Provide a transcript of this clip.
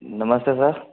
नमस्ते सर